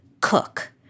cook